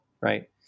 right